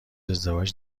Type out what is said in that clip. ازدواج